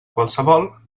qualsevol